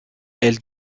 elle